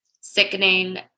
sickening